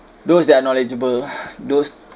those that are knowledgeable those